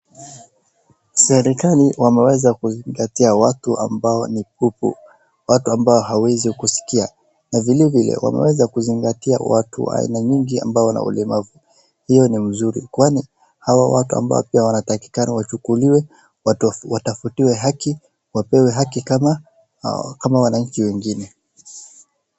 Serekali wameweza kuzingatia watu ambao ni bubu watu ambao hawaezi kuskia, na vile vile wameweza kuzingatia watu wa aina nyingi ambao wana ulemavu. Hiyo ni mzuri kwani hawa watu ambao pia wanatakikana wachukuliwe watafutiwe haki wapewe haki kama wananchi wengine.